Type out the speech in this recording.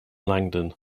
langdon